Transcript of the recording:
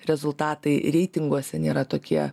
rezultatai reitinguose nėra tokie